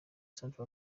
centre